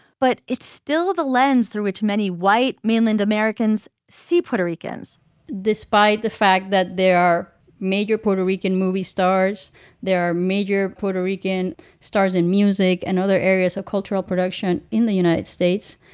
but it's still the lens through which many white mainland americans see puerto ricans despite the fact that there are major puerto rican movie stars there are major puerto rican stars in music and other areas of cultural production in the united states.